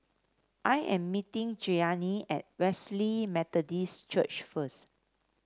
I am meeting Cheyanne at Wesley Methodist Church first